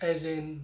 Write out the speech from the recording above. as in